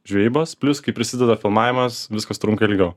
žvejybos plius kai prisideda filmavimas viskas trunka ilgiau